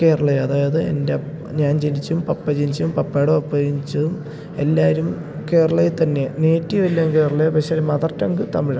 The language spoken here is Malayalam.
കേരളയാണ് അതായത് എൻ്റെ ഞാൻ ജനിച്ചതും പപ്പ ജനിച്ചതും പപ്പയുടെ പപ്പ ജനിച്ചതും എല്ലാവരും കേരളയിൽ തന്നെയാണ് നേറ്റീവെല്ലാം കേരളയാണ് പക്ഷെ മദർ ടങ്ക് തമിഴാണ്